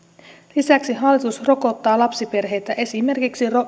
lisäksi hallitus rokottaa lapsiperheitä esimerkiksi